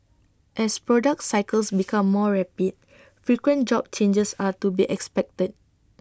as product cycles become more rapid frequent job changes are to be expected